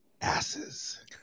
Asses